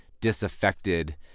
disaffected